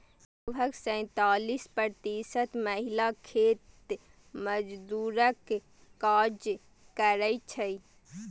लगभग सैंतालिस प्रतिशत महिला खेत मजदूरक काज करै छै